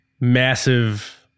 massive